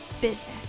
business